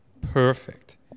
perfect